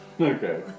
Okay